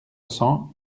cents